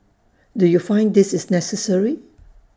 do you find this is necessary